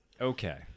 okay